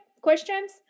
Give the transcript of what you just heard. questions